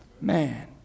Man